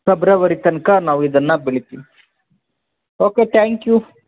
February ತನಕ ನಾವು ಇದನ್ನು ಬೆಳಿತೀವಿ ಓಕೆ ಥ್ಯಾಂಕ್ ಯು